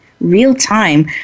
real-time